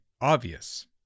obvious